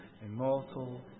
immortal